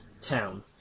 town